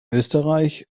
österreich